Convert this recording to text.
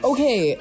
Okay